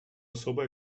особа